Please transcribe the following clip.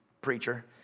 preacher